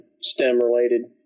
STEM-related